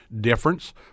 difference